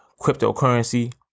cryptocurrency